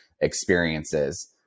experiences